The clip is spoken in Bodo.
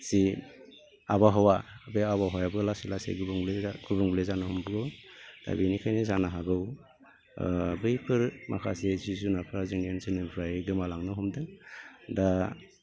जि आबहावा बे आबहावायाबो लासै लासै गुबुंले गुबुंले जानो हमबोगौ दा बेनिखायनो जानो हागौ ओ बैफोर माखासे जिब जुनारफ्रा जोंनि ओनसोलनिफ्राय गोमा लांनो हमदों दा